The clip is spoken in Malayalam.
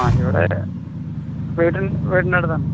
ആ ഇവിടെ വീടിൻ്റെ അടുത്ത് തന്നെ